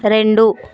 రెండు